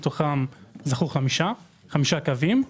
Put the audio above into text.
מתוכם זכו חמישה קווים.